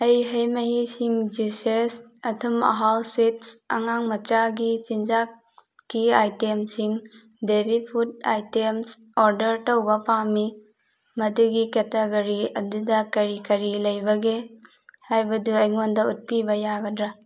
ꯑꯩ ꯍꯩ ꯃꯍꯤꯁꯤꯡ ꯖꯨꯏꯁꯦꯁ ꯑꯊꯨꯝ ꯑꯍꯥꯎ ꯁ꯭ꯋꯤꯠꯁ ꯑꯉꯥꯡ ꯃꯆꯥꯒꯤ ꯆꯤꯟꯖꯥꯛꯀꯤ ꯑꯥꯏꯇꯦꯝꯁꯤꯡ ꯕꯦꯕꯤ ꯐꯨꯗ ꯑꯥꯏꯇꯦꯝꯁ ꯑꯣꯔꯗꯔ ꯇꯧꯕ ꯄꯥꯝꯃꯤ ꯃꯗꯨꯒꯤ ꯀꯦꯇꯒꯣꯔꯤ ꯑꯗꯨꯗ ꯀꯔꯤ ꯀꯔꯤ ꯂꯩꯕꯒꯦ ꯍꯥꯏꯕꯗꯨ ꯑꯩꯉꯣꯟꯗ ꯎꯠꯄꯤꯕ ꯌꯥꯒꯗ꯭ꯔꯥ